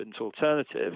alternative